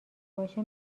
باشه